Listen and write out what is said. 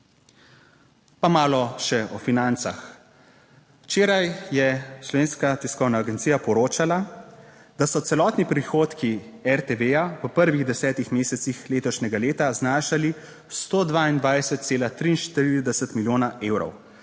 Pa malo še o financah. Včeraj je Slovenska tiskovna agencija poročala, da so celotni prihodki RTV v prvih desetih mesecih letošnjega leta znašali 122,43 milijona evrov,